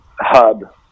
hub